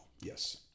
Yes